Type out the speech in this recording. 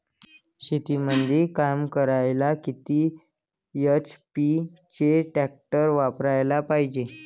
शेतीमंदी काम करायले किती एच.पी चे ट्रॅक्टर वापरायले पायजे?